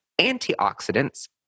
Antioxidants